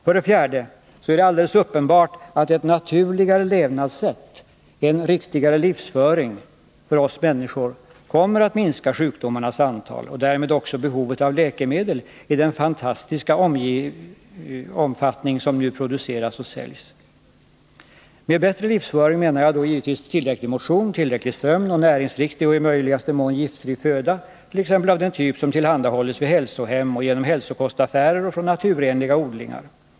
För det fjärde är det alldeles uppenbart att ett naturligare levnadssätt, en riktigare livsföring, för oss människor kommer att minska sjukdomarnas antal och därmed också behovet av läkemedel från den fantastiska omfattning som läkemedelsproduktionen och försäljningen nu har. Med bättre livsföring menar jag då givetvis tillräcklig motion, tillräcklig sömn och näringsriktig och i möjligaste mån giftfri föda, t.ex. av den typ som tillhandahålls vid hälsohem och genom hälsokostaffärer och från naturenliga odlingar.